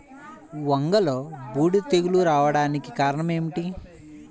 వంగలో బూడిద తెగులు రావడానికి కారణం ఏమిటి?